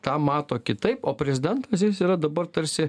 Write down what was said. tą mato kitaip o prezidentas jis yra dabar tarsi